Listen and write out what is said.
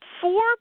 four